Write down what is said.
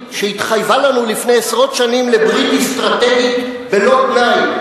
שהתחייבה לנו לפני עשרות שנים לברית אסטרטגית בלא תנאי,